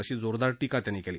अशी जोरदार टीका त्यांनी केली